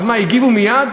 אז הגיבו מייד?